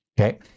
Okay